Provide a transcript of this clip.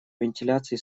вентиляции